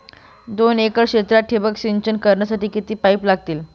दोन एकर क्षेत्रात ठिबक सिंचन करण्यासाठी किती पाईप लागतील?